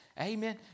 Amen